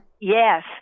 Yes